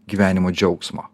gyvenimo džiaugsmo